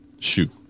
Shoot